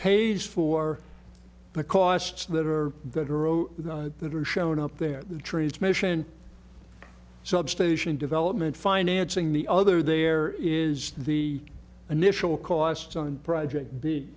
es for the costs that are good that are shown up there the trees mission substation development financing the other there is the initial cost on project be